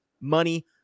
money